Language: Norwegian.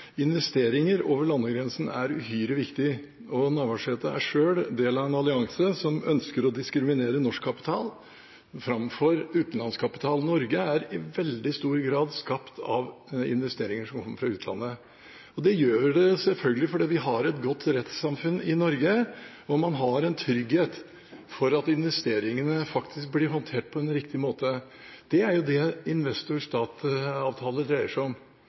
Investeringer over landegrensene er uhyre viktig, og Navarsete er selv del av en allianse som ønsker å diskriminere norsk kapital framfor utenlandsk kapital. Norge er i veldig stor grad skapt av investeringer som kommer fra utlandet. Det gjør det selvfølgelig fordi vi har et godt rettssamfunn i Norge, og man har en trygghet for at investeringene faktisk blir håndtert på en riktig måte. Det er jo det investor–stat-avtaler dreier seg om.